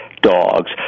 dogs